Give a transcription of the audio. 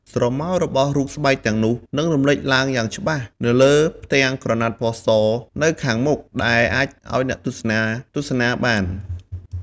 ស្រមោលរបស់រូបស្បែកទាំងនោះនឹងរំលេចឡើងយ៉ាងច្បាស់នៅលើផ្ទាំងក្រណាត់ពណ៌សនៅខាងមុខ ដែលអាចឲ្យអ្នកទស្សនាទស្សនាបាន។